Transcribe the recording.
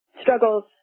struggles